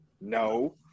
no